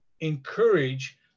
encourage